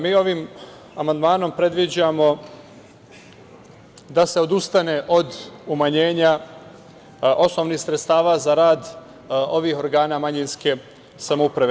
Mi ovim amandmanom predviđamo da se odustane od umanjenja osnovnih sredstava za rad ovih organa manjinske samouprave.